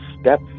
step